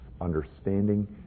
understanding